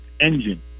engine